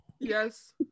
Yes